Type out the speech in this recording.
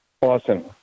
Awesome